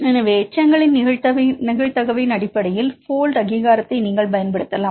எனவே எச்சங்களின் நிகழ்தகவின் அடிப்படையில் போல்ட் அங்கீகாரத்தை நீங்கள்பயன்படுத்தலாம்